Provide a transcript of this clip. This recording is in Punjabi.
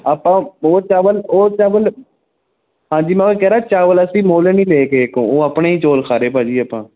ਆਪਾਂ ਉਹ ਚਾਵਲ ਉਹ ਚਾਵਲ ਹਾਂਜੀ ਮੈਂ ਉਹੀ ਕਹਿ ਰਿਹਾ ਚਾਵਲ ਅਸੀਂ ਮੁੱਲ ਨਹੀਂ ਲਏ ਕਿਸੇ ਤੋਂ ਉਹ ਆਪਣੇ ਚੌਲ ਖਾ ਰਹੇ ਭਾਅ ਜੀ ਆਪਾਂ